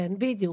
כן, בדיוק.